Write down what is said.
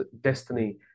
destiny